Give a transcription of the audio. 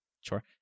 Sure